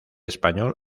español